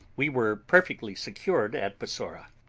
we were perfectly secured at bassorah,